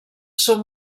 són